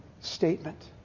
statement